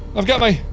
i've got my.